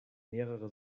mehrere